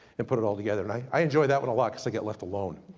and put it all together. and i i enjoy that one a lot cause i get left alone.